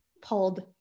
pulled